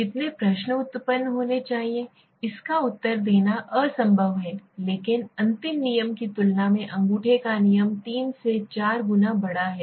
कितने प्रश्न उत्पन्न होने चाहिए इसका उत्तर देना असंभव है लेकिन अंतिम नियम की तुलना में अंगूठे का नियम 3 से 4 गुना बड़ा है